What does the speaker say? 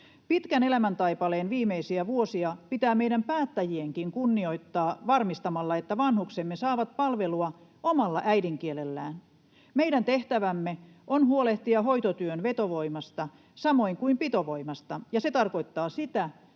Pitkän elämäntaipaleen viimeisiä vuosia pitää meidän päättäjienkin kunnioittaa varmistamalla, että vanhuksemme saavat palvelua omalla äidinkielellään. Meidän tehtävämme on huolehtia hoitotyön vetovoimasta samoin kuin pitovoimasta, ja se tarkoittaa sitä,